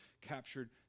captured